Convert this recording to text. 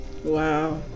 Wow